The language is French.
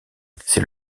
c’est